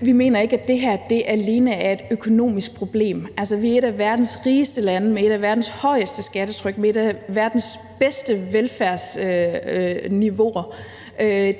Vi mener ikke, at det her alene er et økonomisk problem. Altså, vi er et af verdens rigeste lande med et af verdens højeste skattetryk og med et af verdens bedste velfærdsniveauer;